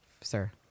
sir